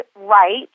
right